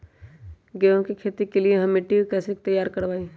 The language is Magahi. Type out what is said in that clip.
गेंहू की खेती के लिए हम मिट्टी के कैसे तैयार करवाई?